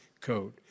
code